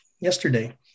yesterday